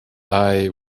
eye